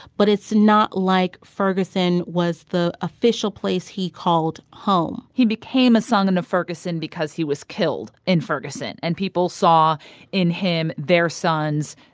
but it's not like ferguson was the official place he called home he became a son and of ferguson because he was killed in ferguson. and people saw in him their sons,